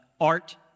art